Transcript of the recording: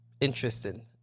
interesting